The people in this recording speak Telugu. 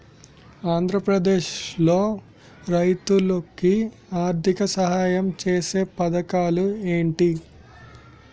ఆంధ్రప్రదేశ్ లో రైతులు కి ఆర్థిక సాయం ఛేసే పథకాలు ఏంటి?